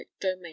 domain